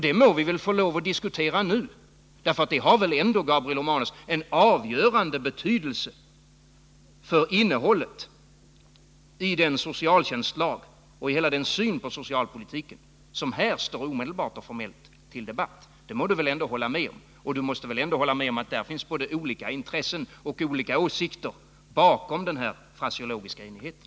Det må vi väl få lov att diskutera nu, för det har väl ändå, Gabriel Romanus, avgörande betydelse för innehållet i den socialtjänstlag och i hela den syn på socialpolitiken som här står omedelbart och formellt till debatt. Det måste väl Gabriel Romanus hålla med om, liksom om att det står olika intressen och olika åsikter bakom den fraseologiska enigheten.